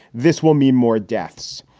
this will mean more deaths.